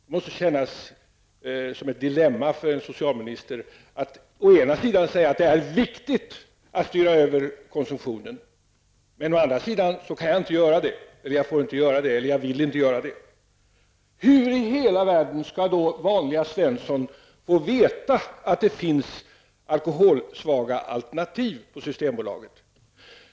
Det måste kännas som ett dilemma för en socialminister att å ena sidan säga att det är viktigt att styra över konsumtionen men å andra sidan kan, får eller vill jag inte göra det. Hur i hela världen skall vanliga Svenssons få veta att det finns alkoholsvaga alternativ på Systembolaget?